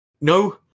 No